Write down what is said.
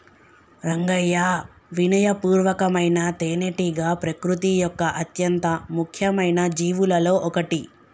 రంగయ్యా వినయ పూర్వకమైన తేనెటీగ ప్రకృతి యొక్క అత్యంత ముఖ్యమైన జీవులలో ఒకటి